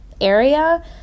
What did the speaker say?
area